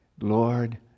Lord